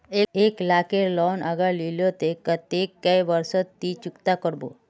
एक लाख केर लोन अगर लिलो ते कतेक कै बरश सोत ती चुकता करबो?